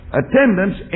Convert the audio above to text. attendance